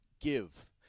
give